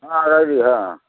ହଁ ରହିଲି ହଁ